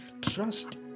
trust